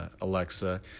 Alexa